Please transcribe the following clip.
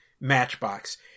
matchbox